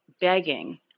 begging